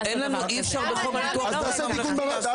אי-אפשר בחוק הביטוח לעשות דבר כזה.